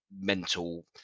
mental